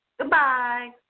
Goodbye